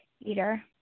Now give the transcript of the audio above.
eater